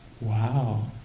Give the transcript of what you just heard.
Wow